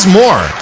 more